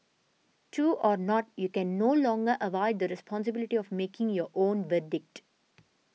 true or not you can no longer avoid the responsibility of making your own verdict